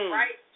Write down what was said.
right